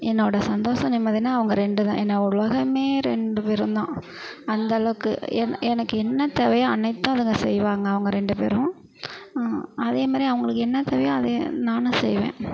என்னோடய சந்தோஷம் நிம்மதின்னால் அவங்க ரெண்டும் தான் என்ன உலகமே ரெண்டு பேரும் தான் அந்தளவுக்கு என்ன எனக்கு என்ன தேவையோ அனைத்தும் அதுங்க செய்வாங்க அவங்க ரெண்டு பேரும் அதே மாரி அவங்களுக்கு என்ன தேவையோ அதை நானும் செய்வேன்